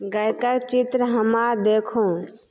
गायका चित्र हमरा देखाउ